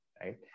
right